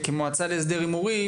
נניח שאתם כמועצה להסדר הימורים,